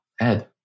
Ed